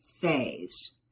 phase